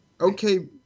okay